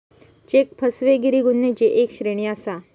check फसवेगिरी गुन्ह्यांची एक श्रेणी आसा